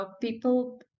people